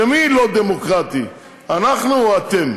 שמי לא דמוקרטי בעניין הזה, אנחנו או אתם?